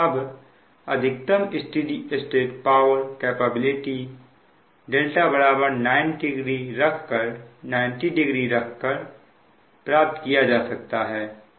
अब अधिकतम steady state power capability δ 900 रखकर प्राप्त किया जा सकता है